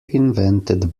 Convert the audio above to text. invented